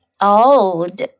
old